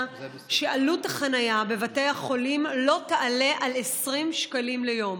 שעלות החניה בבתי החולים לא תעלה על 20 שקלים ליום.